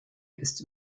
ist